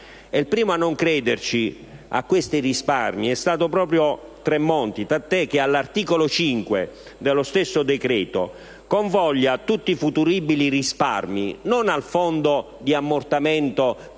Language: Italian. il primo a non credere a questi risparmi è stato proprio Tremonti, tant'è che all'articolo 5 dello stesso decreto-legge convoglia tutti i futuribili risparmi non al Fondo di ammortamento dei